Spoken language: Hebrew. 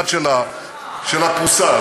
אבל זה לא בא רק על צד אחד של הפרוסה,